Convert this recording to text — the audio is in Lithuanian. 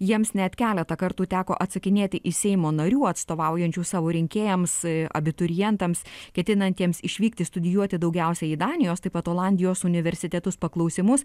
jiems net keletą kartų teko atsakinėti į seimo narių atstovaujančių savo rinkėjams abiturientams ketinantiems išvykti studijuoti daugiausiai į danijos taip pat olandijos universitetus paklausimus